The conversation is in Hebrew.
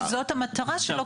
זאת המטרה שלו.